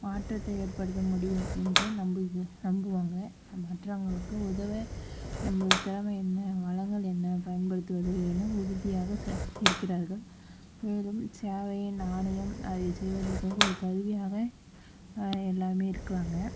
மாற்றத்தை ஏற்படுத்த முடியும் என்று நம்புகி நம்புவாங்க மற்றவங்களுக்கு உதவ என்பது திறமை என்ன வளங்கள் என்ன பயன்படுத்துவது என உறுதியாக சப் இருக்கிறார்கள் மேலும் சேவை நாணயம் அதை செய்வதற்காக ஒரு கருவியாக எல்லாருமே இருக்கிறாங்க